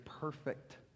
perfect